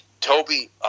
Toby